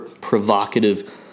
provocative